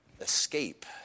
escape